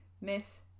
Miss